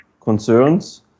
concerns